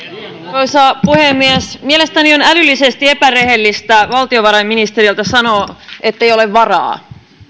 arvoisa puhemies mielestäni on älyllisesti epärehellistä valtiovarainministeriltä sanoa ettei ole varaa